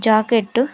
jacket